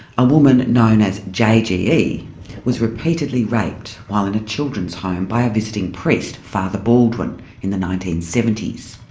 a woman known as jge ah was repeatedly raped while in a children's home by a visiting priest, father baldwin in the nineteen seventy s.